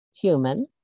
human